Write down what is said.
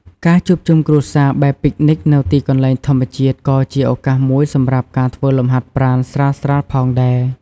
ការជួបជុំគ្រួសារបែបពិកនិចនៅទីកន្លែងធម្មជាតិក៏ជាឱកាសមួយសម្រាប់ការធ្វើលំហាត់ប្រាណស្រាលៗផងដែរ។